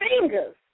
fingers